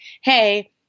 hey